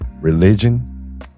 religion